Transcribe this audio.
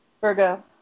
Virgo